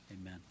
Amen